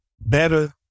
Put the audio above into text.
better